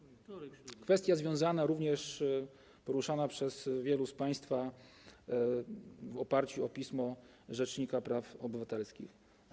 Również kwestia związana... poruszana przez wielu z państwa w oparciu o pismo rzecznika praw obywatelskich.